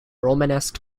romanesque